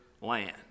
land